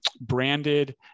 branded